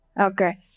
Okay